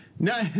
No